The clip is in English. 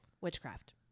Witchcraft